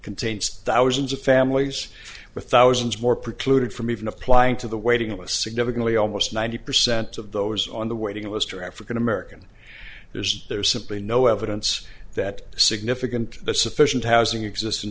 contains thousands of families with thousands more precluded from even applying to the waiting was significantly almost ninety percent of those on the waiting list are african american there's there's simply no evidence that significant that sufficient housing exist